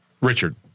Richard